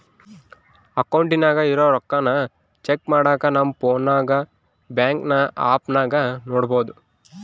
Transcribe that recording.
ಅಕೌಂಟಿನಾಗ ಇರೋ ರೊಕ್ಕಾನ ಚೆಕ್ ಮಾಡಾಕ ನಮ್ ಪೋನ್ನಾಗ ಬ್ಯಾಂಕಿನ್ ಆಪ್ನಾಗ ನೋಡ್ಬೋದು